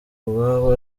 ubwabo